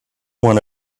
want